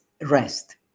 rest